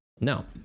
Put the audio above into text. no